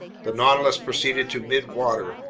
the nautilus proceeded to midwater.